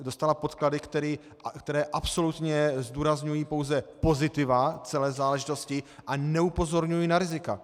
Dostala podklady, které absolutně zdůrazňují pouze pozitiva celé záležitosti a neupozorňují na rizika.